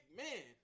man